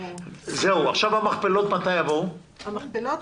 מתי יבואו המכפלות?